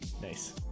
Nice